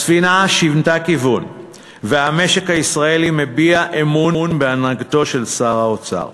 הספינה שינתה כיוון והמשק הישראלי מביע אמון בהנהגתו של שר האוצר.